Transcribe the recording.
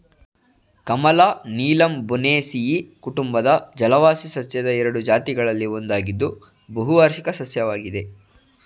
ಕಮಲ ನೀಲಂಬೊನೇಸಿಯಿ ಕುಟುಂಬದ ಜಲವಾಸಿ ಸಸ್ಯದ ಎರಡು ಜಾತಿಗಳಲ್ಲಿ ಒಂದಾಗಿದ್ದು ಬಹುವಾರ್ಷಿಕ ಸಸ್ಯವಾಗಿದೆ